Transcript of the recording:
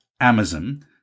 Amazon